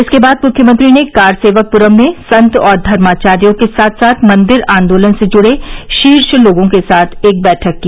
इसके बाद मुख्यमंत्री ने कारसेवकपुरम् में संत और धर्माचार्यो के साथ साथ मंदिर आन्दोलन से जुड़े शीर्ष लोगों के साथ एक बैठक की